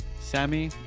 Sammy